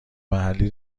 محلی